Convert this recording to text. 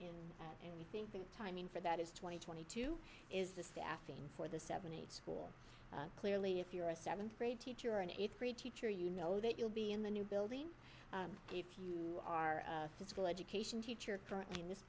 in and we think the timing for that is twenty twenty two is the staffing for the seventy eight school clearly if you're a seventh grade teacher or an eighth grade teacher you know that you'll be in the new building if you are physical education teacher